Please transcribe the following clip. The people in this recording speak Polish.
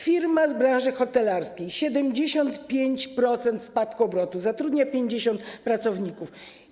Firma z branży hotelarskiej, 75% spadku obrotu, zatrudnia 50 pracowników.